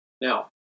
Now